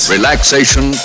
Relaxation